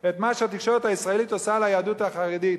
את מה שהתקשורת הישראלית עושה ליהדות החרדית,